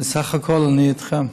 בסך הכול אני איתכם.